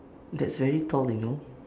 that's very tall you know